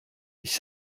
ich